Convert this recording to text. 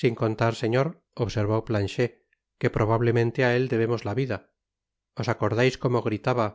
sin contar señor observó planchet que probablemente á él debemos la vida os acordais como gritaba